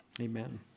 amen